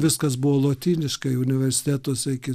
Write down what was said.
viskas buvo lotyniškai universitetuose iki